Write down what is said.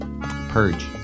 Purge